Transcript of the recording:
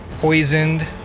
poisoned